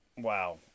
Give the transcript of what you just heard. Wow